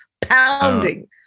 Pounding